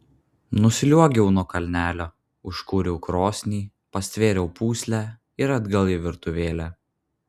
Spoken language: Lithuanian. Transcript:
nusliuogiau nuo kalnelio užkūriau krosnį pastvėriau pūslę ir atgal į virtuvėlę